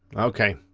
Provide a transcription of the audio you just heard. okay,